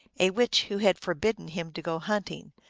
a witch, who had forbidden him to go hunting,